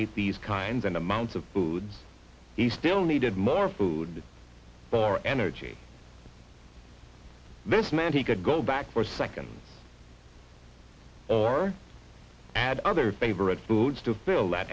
ate these kinds and amounts of food he still needed more food more energy this man he could go back for seconds or add other favorite foods to fill that